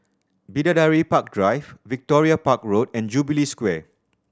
Bidadari Park Drive Victoria Park Road and Jubilee Square